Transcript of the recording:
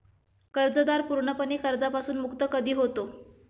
कर्जदार पूर्णपणे कर्जापासून मुक्त कधी होतो?